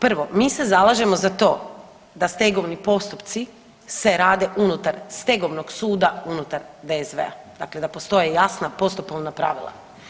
Prvo, mi se zalažemo za to da stegovni postupci se rade unutar stegovnog suda unutar DSV-a, dakle da postoje jasna postupovna pravila.